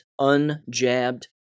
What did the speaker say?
unjabbed